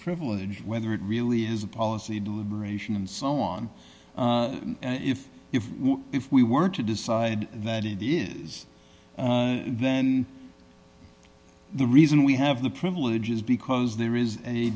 privilege whether it really is a policy deliberation and so on if if if we were to decide that it is then the reason we have the privilege is because there is a